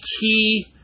key